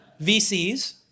VCs